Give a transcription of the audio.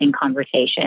conversation